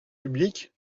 public